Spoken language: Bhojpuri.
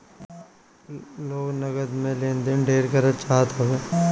लोग नगद में लेन देन ढेर करे चाहत हवे